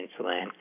insulin